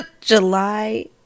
July